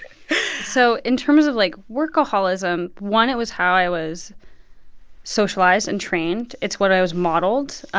so in terms of, like, workaholism, one, it was how i was socialized and trained. it's what i was modeled.